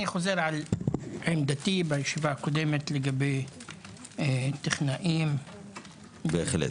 אני חוזר על עמדתי מהישיבה הקודמת לגבי טכנאים ודימות,